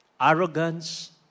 Arrogance